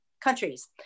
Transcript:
countries